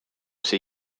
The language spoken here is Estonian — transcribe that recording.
see